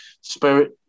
spirit